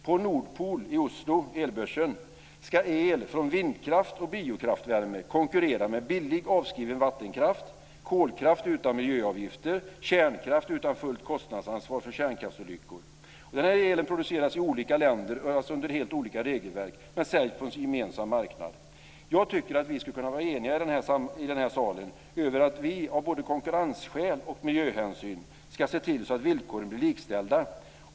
På Nordpool, elbörsen i Oslo, ska el från vindkraft och biokraftvärme konkurrera med billig avskriven vattenkraft, kolkraft utan miljöavgifter och kärnkraft utan fullt kostnadsansvar för kärnkraftsolyckor. Elen produceras i olika länder och under olika regelverk men säljs på en gemensam marknad. Jag tycker att vi skulle kunna vara eniga i den här salen över att vi av både konkurrensskäl och miljöhänsyn ska se till att villkoren blir likställda.